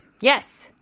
Yes